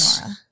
Nora